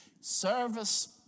Service